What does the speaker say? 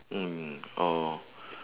mm oh